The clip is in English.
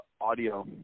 audio